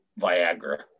Viagra